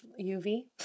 UV